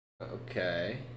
Okay